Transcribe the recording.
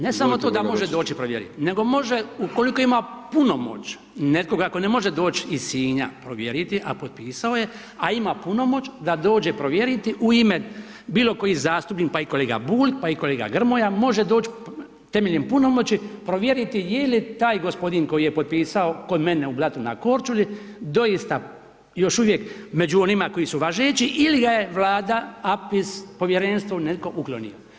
Ne samo to, ne samo to da može doći provjeriti nego može ukoliko ima punomoć nekoga tko ne može doći iz Sinja provjeriti, a potpisao je a ima punomoć da dođe provjeriti u ime bilo kojih zastupnika pa i kolega Bulj, pa i kolega Grmoja može doći temeljem punomoći provjeriti je li taj gospodin koji je potpisao kao mene u Blatu na Korčuli doista još uvijek među onima koji su važeći ili ga je Vlada, APIS, povjerenstvo, netko uklonio.